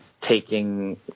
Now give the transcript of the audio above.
taking